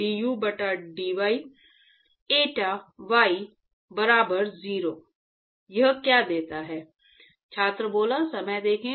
du बटा dy at y बराबर 0 यह क्या देता है